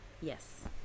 yes